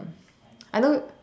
I know